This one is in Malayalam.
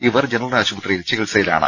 ഇവർ ജനറൽ ആശുപത്രി യിൽ ചികിത്സയിലാണ്